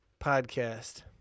podcast